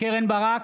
קרן ברק,